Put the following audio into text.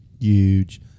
Huge